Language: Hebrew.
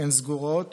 הן סגורות